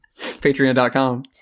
patreon.com